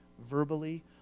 verbally